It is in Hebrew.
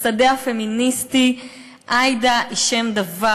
בשדה הפמיניסטי עאידה היא שם דבר.